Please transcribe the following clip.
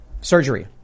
surgery